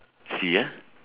sea ah